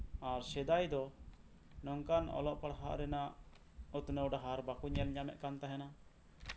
ᱟᱨ ᱥᱮᱫᱟᱭ ᱫᱚ ᱱᱚᱝᱠᱟᱱ ᱚᱞᱚᱜ ᱯᱟᱲᱦᱟᱜ ᱨᱮᱱᱟᱜ ᱩᱛᱱᱟᱹᱣ ᱰᱟᱦᱟᱨ ᱵᱟᱠᱚ ᱧᱮᱞ ᱧᱟᱢᱮᱫ ᱠᱟᱱ ᱛᱟᱸᱦᱮᱱᱟ